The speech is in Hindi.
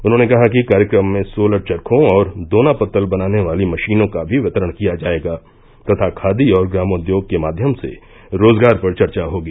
उन्होंने कहा कि कार्यक्रम में सोलर चर्खो और दोना पत्तल बनाने वाली मशीनों का भी वितरण किया जायेगा तथा खादी और ग्रामोद्योग के माध्यम से रोजगार पर चर्चा होगी